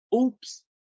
oops